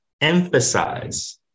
emphasize